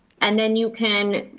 and then you can